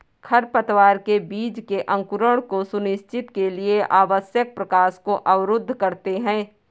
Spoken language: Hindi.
खरपतवार बीज के अंकुरण को सुनिश्चित के लिए आवश्यक प्रकाश को अवरुद्ध करते है